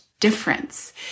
difference